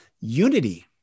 unity